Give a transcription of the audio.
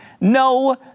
No